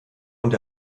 und